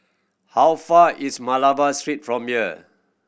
how far is Malabar Street from here